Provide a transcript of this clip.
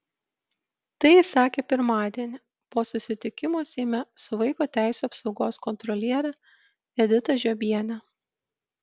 tai jis sakė pirmadienį po susitikimo seime su vaiko teisių apsaugos kontroliere edita žiobiene